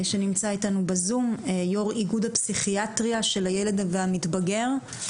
יו"ר אגוד לפסיכיאטריה של הילד והמתבגר,